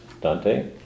Dante